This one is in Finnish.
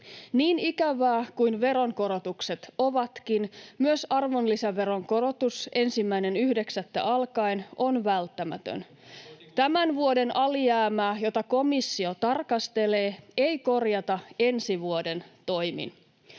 Niin ikävää kuin veronkorotukset ovatkin, myös arvonlisäveron korotus 1.9. alkaen on välttämätön. [Välihuuto vasemmalta] Tämän vuoden alijäämää, jota komissio tarkastelee, ei korjata ensi vuoden toimin.